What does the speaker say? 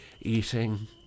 eating